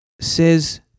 says